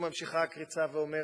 ממשיכה הקריצה ואומרת,